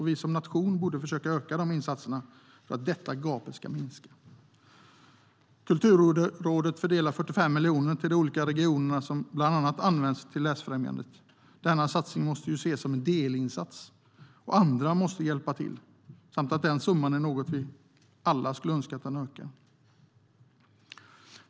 Vi som nation borde försöka öka insatserna för att detta gap ska minska. Kulturrådet fördelade 45 miljoner till de olika regionerna. Pengarna har bland annat använts till läsfrämjande. Denna satsning måste ses som en delinsats. Andra måste hjälpa till. Och vi önskar alla att den summan skulle öka.